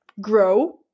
grow